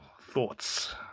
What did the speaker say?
thoughts